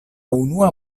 unua